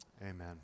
Amen